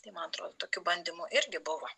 tai man atrodo tokių bandymų irgi buvo